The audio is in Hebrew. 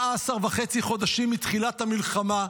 14.5 חודשים מתחילת המלחמה,